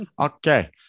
Okay